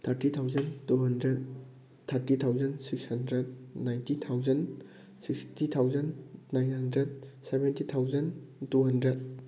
thirty thousand two hundred thirty thousand six hundred ninety thousand sixty thousand nine hundred seventy thousand two hundred